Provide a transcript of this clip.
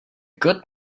good